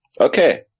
okay